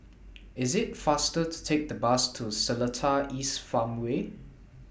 IT IS faster to Take The Bus to Seletar East Farmway